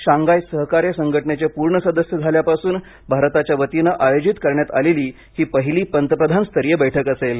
Shanghai सहकार्य संघटनेचे पूर्ण सदस्य झाल्यापासून भारताच्या वतीने आयोजित करण्यात आलेली ही पहिली पंतप्रधानस्तरीय बैठक असेल